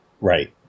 Right